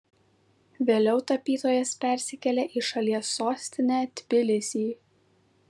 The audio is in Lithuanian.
vėliau tapytojas persikėlė į šalies sostinę tbilisį